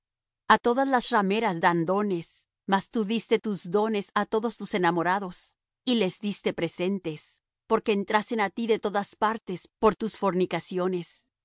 a todas las rameras dan dones mas tú diste tus dones á todos tus enamorados y les diste presentes porque entrasen á ti de todas partes por tus fornicaciones